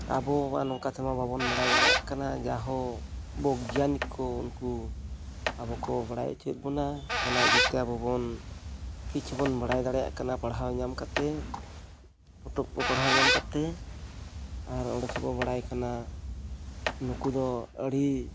ᱟᱵᱚ ᱢᱟ ᱱᱚᱝᱠᱟ ᱛᱮᱢᱟ ᱵᱟᱵᱚᱱ ᱵᱟᱲᱟᱭ ᱫᱟᱲᱮᱭᱟᱜ ᱠᱟᱱᱟ ᱡᱟᱭᱦᱳᱠ ᱵᱤᱜᱽᱜᱟᱱᱤᱠ ᱠᱚ ᱩᱱᱠᱩ ᱟᱵᱚ ᱠᱚ ᱵᱟᱲᱟᱭ ᱦᱚᱪᱚᱭᱮᱫ ᱵᱚᱱᱟ ᱚᱱᱟ ᱤᱫᱤ ᱛᱮ ᱟᱵᱚ ᱵᱚᱱ ᱠᱤᱪᱷᱩ ᱵᱚᱱ ᱵᱟᱲᱟᱭ ᱫᱟᱲᱮᱭᱟᱜ ᱠᱟᱱᱟ ᱯᱟᱲᱦᱟᱣ ᱧᱟᱢ ᱠᱟᱛᱮᱫ ᱯᱚᱛᱚᱵ ᱠᱚ ᱯᱟᱲᱦᱟᱣ ᱧᱟᱢ ᱠᱟᱛᱮᱫ ᱟᱨ ᱚᱸᱰᱮ ᱠᱷᱚᱱ ᱵᱚᱱ ᱵᱟᱲᱟᱭ ᱠᱟᱱᱟ ᱱᱩᱠᱩ ᱫᱚ ᱟᱹᱰᱤ